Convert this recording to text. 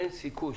אין סיכוי,